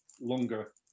longer